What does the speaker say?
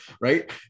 right